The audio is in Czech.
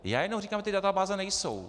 Já jenom říkám, že ty databáze nejsou.